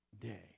day